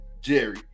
jerry